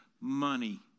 money